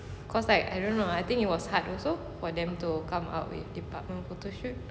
cause like I don't know I think it was hard also for them to come out with department photoshoot